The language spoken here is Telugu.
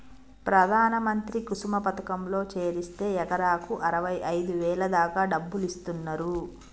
ప్రధాన మంత్రి కుసుమ పథకంలో చేరిస్తే ఎకరాకి అరవైఐదు వేల దాకా డబ్బులిస్తున్నరు